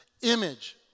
Image